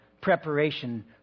preparation